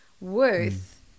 worth